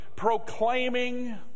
proclaiming